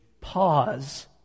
pause